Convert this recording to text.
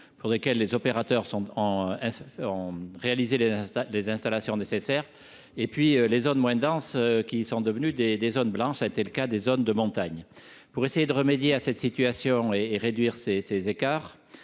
denses, où les opérateurs ont réalisé les installations nécessaires, et les zones moins denses, qui sont devenues des zones blanches, notamment en montagne. Pour essayer de remédier à cette situation et réduire ces écarts,